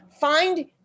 find